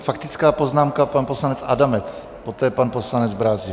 Faktická poznámka, pan poslanec Adamec, poté pan poslanec Brázdil.